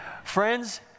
Friends